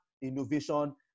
innovation